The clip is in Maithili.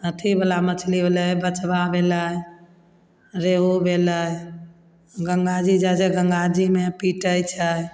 अथीवला मछली भेलय बचबा भेलय रेहू भेलय गंगा जी जाइ छै गंगा जीमे पीटय छै